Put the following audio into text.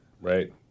Right